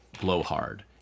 blowhard